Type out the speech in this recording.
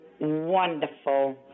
wonderful